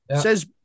says